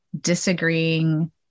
disagreeing